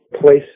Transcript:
place